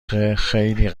خیلی